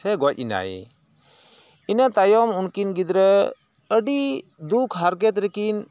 ᱥᱮ ᱜᱚᱡ ᱮᱱᱟᱭᱮ ᱤᱱᱟᱹ ᱛᱟᱭᱚᱢ ᱩᱱᱠᱤᱱ ᱜᱤᱫᱽᱨᱟᱹ ᱟᱹᱰᱤ ᱫᱩᱠ ᱦᱟᱨᱠᱮᱛ ᱨᱮᱠᱤᱱ